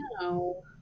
No